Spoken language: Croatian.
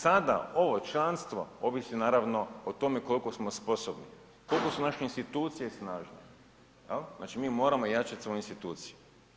Sada ovo članstvo ovisi naravno o tome koliko smo sposobni, koliko su naše institucije snažne jel, znači mi moramo jačati svoje institucije.